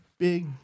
Big